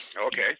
Okay